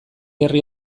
herri